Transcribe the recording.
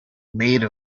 made